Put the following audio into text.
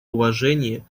уважение